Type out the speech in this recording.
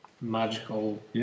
magical